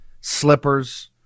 slippers